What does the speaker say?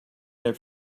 their